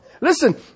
Listen